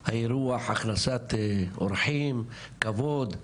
אירוח, הכנסת אורחים, כבוד.